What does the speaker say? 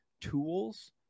tools